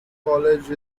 college